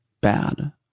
bad